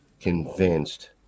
convinced